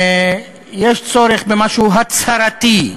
יש צורך במשהו הצהרתי.